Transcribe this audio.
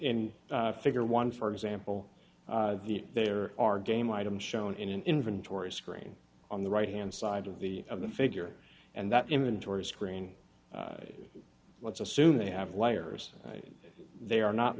figure one for example there are game items shown in an inventory screen on the right hand side of the of the figure and that inventory screen let's assume they have layers they are not